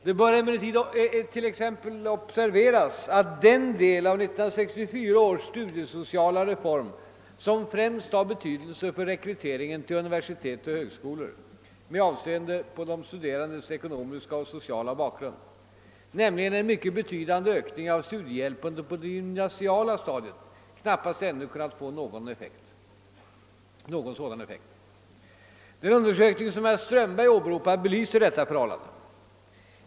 Det bör exempelvis observeras att den del av 1964 års studiesociala reform, som främst har betydelse för rekryteringen till universitet och högskolor med avseende på de studerandes ekonomiska och sociala bakgrund, nämligen en mycket betydande ökning av studiehjälpen på det gymnasiala stadiet, knappast ännu kunnat få någon sådan effekt. Den undersökning som herr Strömberg åberopar belyser detta förhållande.